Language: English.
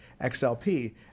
XLP